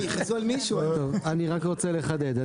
אני רק רוצה לחדד.